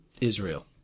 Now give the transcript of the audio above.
Israel